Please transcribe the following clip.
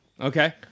okay